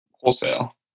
wholesale